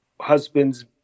Husbands